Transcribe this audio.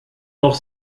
noch